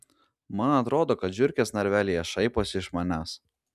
man atrodo kad žiurkės narvelyje šaiposi iš manęs